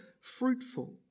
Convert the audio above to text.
fruitful